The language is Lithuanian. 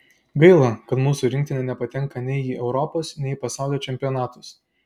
gaila kad mūsų rinktinė nepatenka nei į europos nei į pasaulio čempionatus